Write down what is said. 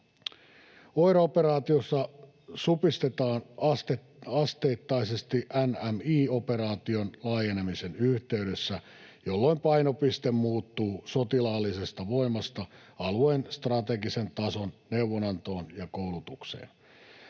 OIR-operaatiota supistetaan asteittaisesti NMI-operaation laajenemisen yhteydessä, jolloin painopiste muuttuu sotilaallisesta voimasta alueen strategisen tason neuvonantoon ja koulutukseen.